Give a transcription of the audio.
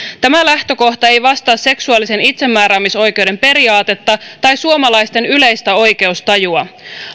tämä lähtökohta ei vastaa seksuaalisen itsemääräämisoikeuden periaatetta tai suomalaisten yleistä oikeustajua